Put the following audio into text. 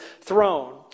throne